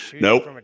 Nope